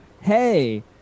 Hey